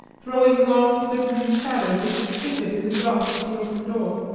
throwing long quivering shadows as it flickered in the draught of the open door.